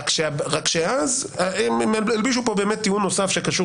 רק שאז הלבישו פה באמת טיעון נוסף שקשור